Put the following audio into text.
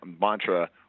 mantra